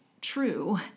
true